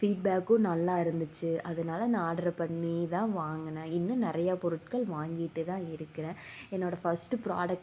feet பேக்கும் நல்லா இருந்துச்சு அதனால நான் ஆர்டர் பண்ணி தான் வாங்கினேன் இன்னும் நிறையா பொருட்கள் வாங்கிட்டு தான் இருக்கிறேன் என்னோட ஃபஸ்ட் ப்ராடக்ட்